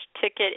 ticket